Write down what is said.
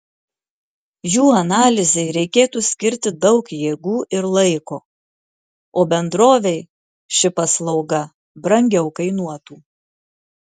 jų analizei reikėtų skirti daug jėgų ir laiko o bendrovei ši paslauga brangiau kainuotų